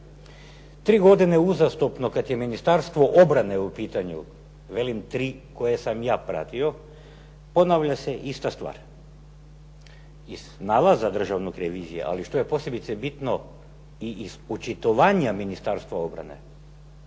Tri godine uzastopno kad je Ministarstvo obrane u pitanju, velim tri koje sam ja pratio ponavlja se ista stvar. Iz nalaza Državne revizije, ali što je posebice bitno i iz očitovanja Ministarstva obrane